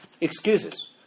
Excuses